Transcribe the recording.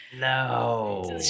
no